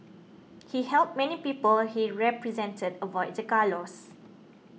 he helped many people he represented avoid the gallows